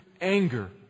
anger